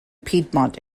piedmont